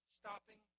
stopping